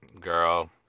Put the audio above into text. girl